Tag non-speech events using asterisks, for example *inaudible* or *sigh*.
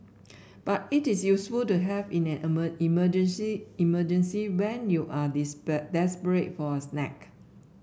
but it is useful to have in an *unintelligible* emergency emergency when you are *unintelligible* desperate for a snack